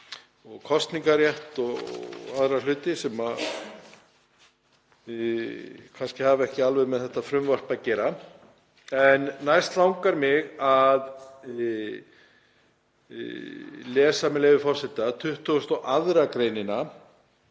og kosningarrétt og aðra hluti sem kannski hafa ekki alveg með þetta frumvarp að gera. En næst langar mig að lesa, með leyfi forseta, 22. gr., en